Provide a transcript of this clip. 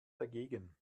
dagegen